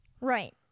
Right